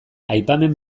aipamen